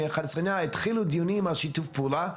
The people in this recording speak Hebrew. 11 שנים התחילו דיונים על שיתוף פעולה,